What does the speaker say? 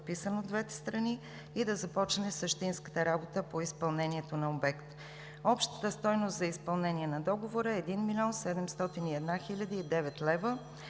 от двете страни и да започне същинската работа по изпълнението на обекта. Общата стойност за изпълнение на договора е 1 млн. 701 хил. 9 лв.